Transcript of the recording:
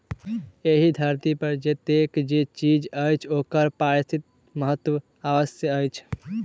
एहि धरती पर जतेक जे चीज अछि ओकर पारिस्थितिक महत्व अवश्य अछि